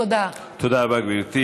תודה רבה.